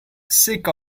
sick